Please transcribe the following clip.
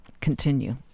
continue